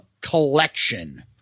Collection